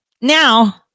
Now